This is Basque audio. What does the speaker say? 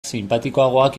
sinpatikoagoak